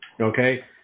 Okay